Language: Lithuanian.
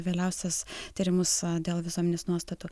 vėliausius tyrimus dėl visuomenės nuostatų